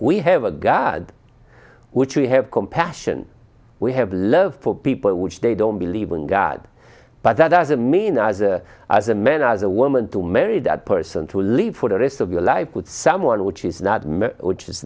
we have a god which we have compassion we have love for people which they don't believe in god but that doesn't mean as a as a man as a woman to marry that person to leave for the rest of your life with someone which is not men which is